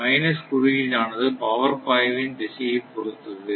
minus குறியீடானது power பாய்வின் திசையை பொருத்தது